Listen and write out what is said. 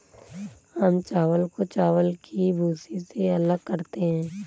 हम चावल को चावल की भूसी से अलग करते हैं